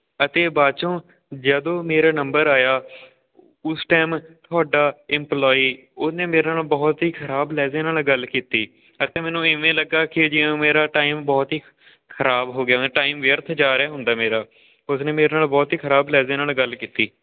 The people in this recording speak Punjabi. ਅਤੇ ਬਾਚੋਂ ਜਦੋਂ ਮੇਰਾ ਨੰਬਰ ਆਇਆ ਉਸ ਟਾਈਮ ਤੁਹਾਡਾ ਇਮਪਲੋਈ ਉਹਨੇ ਮੇਰੇ ਨਾਲ ਬਹੁਤ ਹੀ ਖਰਾਬ ਲਹਿਜ਼ੇ ਨਾਲ ਗੱਲ ਕੀਤੀ ਅਤੇ ਮੈਨੂੰ ਇਵੇਂ ਲੱਗਾ ਕਿ ਜਿਵੇਂ ਮੇਰਾ ਟਾਈਮ ਬਹੁਤ ਹੀ ਖਰਾਬ ਹੋ ਗਿਆ ਟਾਈਮ ਵਿਅਰਥ ਜਾ ਰਿਹਾ ਹੁੰਦਾ ਮੇਰਾ ਉਸਨੇ ਮੇਰੇ ਨਾਲ ਬਹੁਤ ਹੀ ਖਰਾਬ ਲਹਿਜ਼ੇ ਨਾਲ ਗੱਲ ਕੀਤੀ